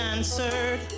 Answered